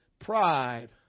Pride